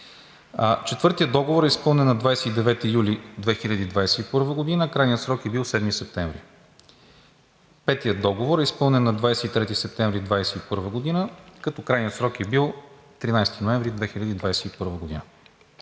Четвъртият договор е изпълнен на 29 юли 2021 г., а крайният срок е бил 7 септември. Петият договор е изпълнен на 23 септември 2021 г., като крайният срок е бил 13 ноември 2021 г.